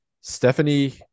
Stephanie